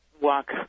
walk